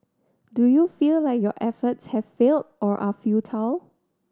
do you feel like your efforts have failed or are futile